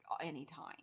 anytime